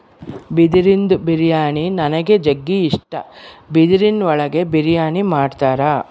ಬಿದಿರಿಂದು ಬಿರಿಯಾನಿ ನನಿಗ್ ಜಗ್ಗಿ ಇಷ್ಟ, ಬಿದಿರಿನ್ ಒಳಗೆ ಬಿರಿಯಾನಿ ಮಾಡ್ತರ